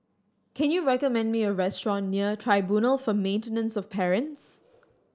can you recommend me a restaurant near Tribunal for Maintenance of Parents